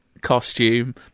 costume